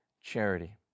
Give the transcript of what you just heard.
charity